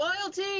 Loyalty